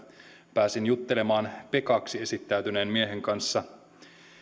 pääsin juttelemaan pekaksi esittäytyneen miehen kanssa